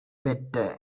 பெற்ற